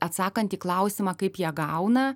atsakant į klausimą kaip jie gauna